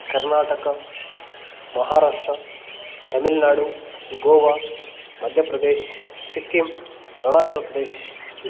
Karnataka Maharashtra Tamil Nadu Goa Madhya Pradesh Sikkim Arunachal Pradesh